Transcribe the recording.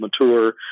mature